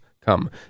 come